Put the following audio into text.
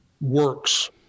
works